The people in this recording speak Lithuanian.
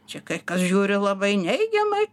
čia kai kas žiūri labai neigiamai